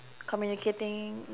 communicating